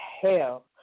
hell